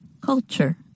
Culture